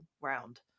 round